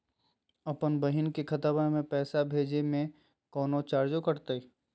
अपन बहिन के खतवा में पैसा भेजे में कौनो चार्जो कटतई?